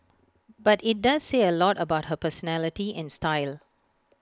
but IT does say A lot about her personality and style